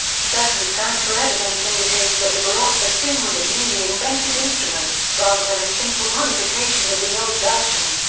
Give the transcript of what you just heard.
circumstantial evidence indicates that the baroque bassoon was a newly invented instrument, rather than a simple modification of the old dulcian.